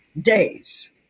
days